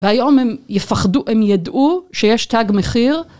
והיום הם יפחדו, הם ידעו שיש טאג מחיר.